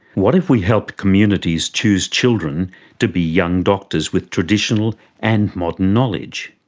what if we helped communities choose children to be young doctors with traditional and modern knowledge?